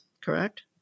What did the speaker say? correct